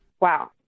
Wow